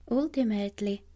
ultimately